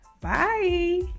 Bye